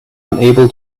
unable